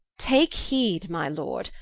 take heed, my lord,